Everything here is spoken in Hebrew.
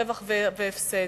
רווח והפסד.